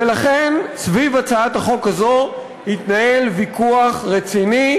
ולכן סביב הצעת החוק הזו התנהל ויכוח רציני,